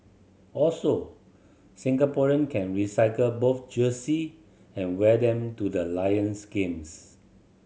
also Singaporean can recycle both jersey and wear them to the Lions games